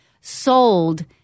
sold